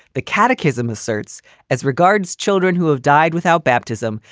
the catechism asserts as regards children who have died without baptism,